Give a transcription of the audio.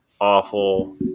awful